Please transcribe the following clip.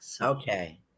Okay